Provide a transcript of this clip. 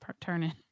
turning